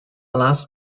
last